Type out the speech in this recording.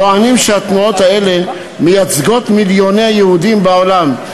טוענים שהתנועות האלה מייצגות מיליוני יהודים בעולם,